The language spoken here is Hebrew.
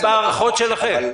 מה ההערכה שלכם?